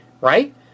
right